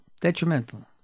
detrimental